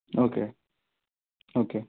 okay okay